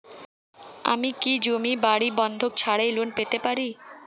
আমি কি জমি বাড়ি বন্ধক ছাড়াই লোন পেতে পারি?